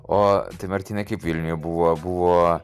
o tai martynai kaip vilniuje buvo buvo